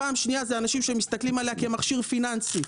פעם שנייה, אנשים שמסתכלים עליה כמכשיר פיננסי.